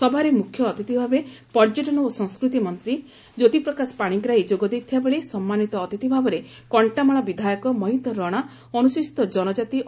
ସଭାରେ ମୁଖ୍ୟଅତିଥି ଭାବେ ପର୍ଯ୍ୟଟନ ଓ ସଂସ୍କୃତି ମନ୍ତୀ ଜ୍ୟୋତିପ୍ରକାଶ ପାଣିଗ୍ରାହୀ ଯୋଗଦେଇଥିବାବେଳେ ସମ୍ମାନିତ ଅତିଥ ଭାବରେ କଂଟାମାଳ ବିଧାୟକ ମହୀଧର ରଣା ଅନୁସୁଚିତ ଜନକାତି ଓ ଦେଇଥିଲେ